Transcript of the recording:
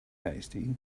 hasty